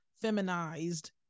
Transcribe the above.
feminized